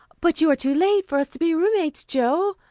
but you too late for us to be roommates, jo.